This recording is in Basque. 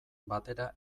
batera